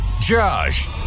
Josh